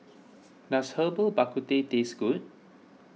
does Herbal Bak Ku Teh taste good